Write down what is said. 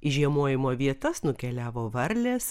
į žiemojimo vietas nukeliavo varlės